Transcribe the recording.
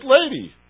lady